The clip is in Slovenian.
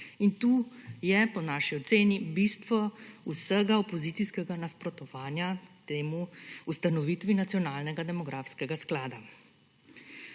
in tukaj je po naši oceni bistvo vsega opozicijskega nasprotovanja temu, ustanovitvi nacionalnega demografskega sklada.